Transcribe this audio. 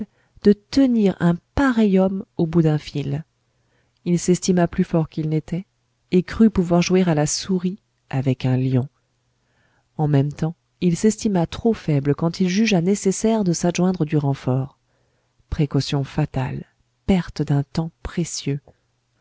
de tenir un pareil homme au bout d'un fil il s'estima plus fort qu'il n'était et crut pouvoir jouer à la souris avec un lion en même temps il s'estima trop faible quand il jugea nécessaire de s'adjoindre du renfort précaution fatale perte d'un temps précieux